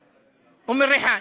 אום-אלחיראן.